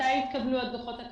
מתי התקבלו הדוחות הכספיים?